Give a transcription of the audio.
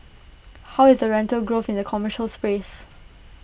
how is the rental growth in the commercial space